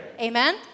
Amen